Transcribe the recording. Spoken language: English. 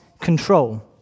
control